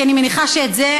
כי אני מניחה שבזה,